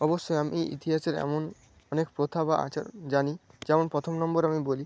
অবশ্যই আমি ইতিহাসের এমন অনেক প্রথা বা আচার জানি যেমন প্রথম নম্বর আমি বলি